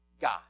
God